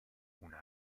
una